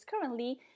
currently